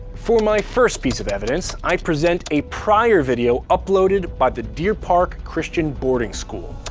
for my first piece of evidence, i present a prior video uploaded by the deerpark christian boarding school.